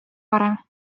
varem